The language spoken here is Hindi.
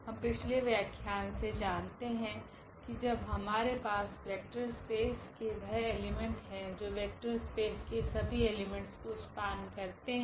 हम पिछले व्याख्यान से जानते है कि जब हमारे पास वेक्टर स्पेस के वह एलीमेंट् है जो वेक्टर स्पेस के सभी एलीमेंट्स को स्पेन करते है